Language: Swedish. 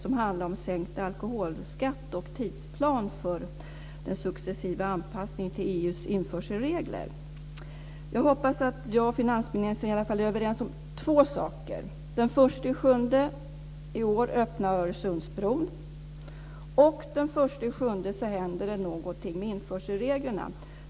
De handlar om sänkt alkoholskatt, och en tidsplan för den successiva anpassningen till EU:s införselregler. Jag hoppas att jag och finansministern i alla fall är överens om två saker. Den 1 juli i år öppnar Öresundsbron, och den 1 juli händer det någonting med införselreglerna.